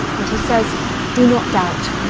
and he says do not doubt,